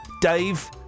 Dave